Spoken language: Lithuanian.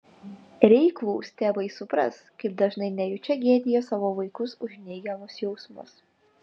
reiklūs tėvai supras kaip dažnai nejučia gėdija savo vaikus už neigiamus jausmus